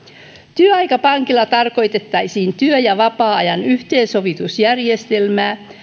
työaikapankilla tarkoitettaisiin työ ja vapaa ajan yhteensovitusjärjestelmää